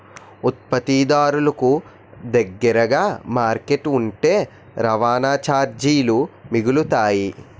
ఉత్పత్తిదారులకు దగ్గరగా మార్కెట్ ఉంటే రవాణా చార్జీలు మిగులుతాయి